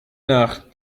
nach